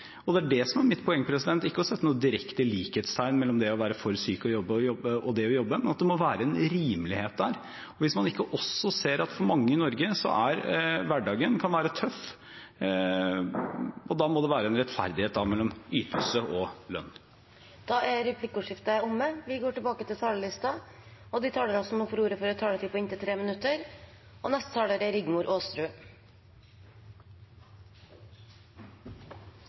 Det er det som er mitt poeng; ikke å sette direkte likhetstegn mellom det å være for syk til å jobbe og det å jobbe, men det må være en rimelighet der. Hvis man ikke også ser at for mange i Norge kan hverdagen være tøff – og da må det være en rettferdighet mellom ytelse og lønn. Replikkordskiftet er omme.